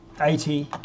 eighty